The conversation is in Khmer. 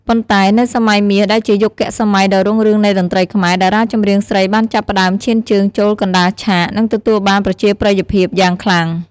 ប៉ុន្តែនៅ សម័យមាស ដែលជាយុគសម័យដ៏រុងរឿងនៃតន្ត្រីខ្មែរ តារាចម្រៀងស្រីបានចាប់ផ្ដើមឈានជើងចូលកណ្ដាលឆាក និងទទួលបានប្រជាប្រិយភាពយ៉ាងខ្លាំង។